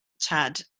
Chad